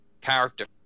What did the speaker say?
character